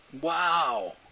Wow